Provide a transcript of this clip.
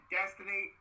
destiny